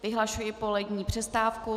Vyhlašuji polední přestávku.